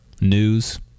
news